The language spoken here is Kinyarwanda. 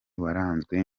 waranzwe